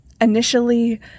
initially